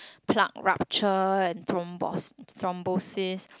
plaque rupture and thrombos~ thrombosis